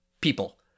People